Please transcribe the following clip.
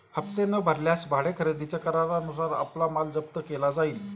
हप्ते न भरल्यास भाडे खरेदीच्या करारानुसार आपला माल जप्त केला जाईल